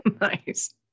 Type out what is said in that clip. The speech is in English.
nice